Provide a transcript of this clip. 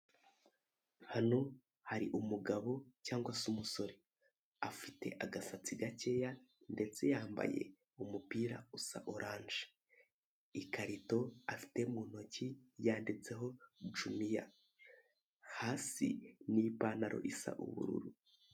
Hano hari umugabo cyangwa se umusore, afite agasatsi gakeya ndetse yambaye umupira usa orange. Ikarito afite mu ntoki yanditseho juniya. Hasi ni ipantaro isa ubururu.